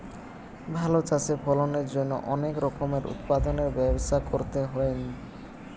চাষে ভালো ফলনের জন্য অনেক রকমের উৎপাদনের ব্যবস্থা করতে হইন